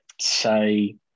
say